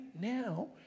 now